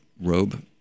robe